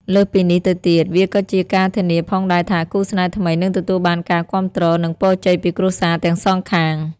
លើសពីនេះទៅទៀត វាក៏ជាការធានាផងដែរថា គូស្នេហ៍ថ្មីនឹងទទួលបានការគាំទ្រ និងពរជ័យពីគ្រួសារទាំងសងខាង។